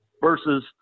versus